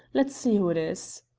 let's see who it is.